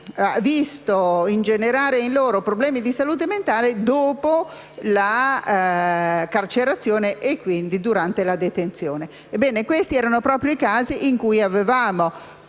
visto ingenerare in loro problemi di salute mentale dopo la carcerazione e, quindi, durante la detenzione. Questi erano proprio i casi per i quali avevamo